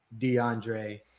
DeAndre